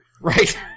Right